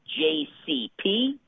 JCP